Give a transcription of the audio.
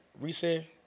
reset